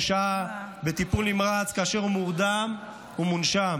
ששהה בטיפול נמרץ כאשר הוא מורדם ומונשם.